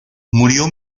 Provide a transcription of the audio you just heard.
murió